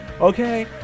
Okay